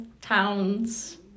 towns